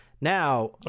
Now